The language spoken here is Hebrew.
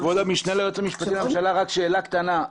כבוד המשנה ליועץ המשפטי לממשלה, רק שאלה קטנה.